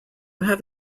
have